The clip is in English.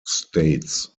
states